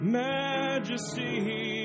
majesty